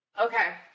Okay